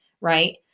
Right